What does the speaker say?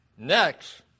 Next